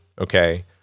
okay